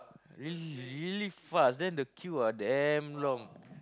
real really fast then the queue ah damn long